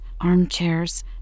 armchairs